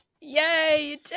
Yay